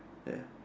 ya